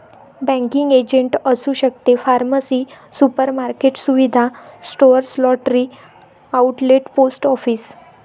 banking agent असू शकते pharmacy supermarket सुविधा store lottery outlet post office